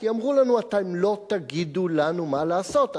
כי אמרו לנו: אתם לא תגידו לנו מה לעשות,